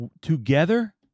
together